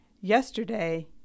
yesterday